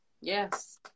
Yes